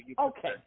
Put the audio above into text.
Okay